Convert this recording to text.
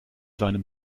seinem